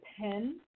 pen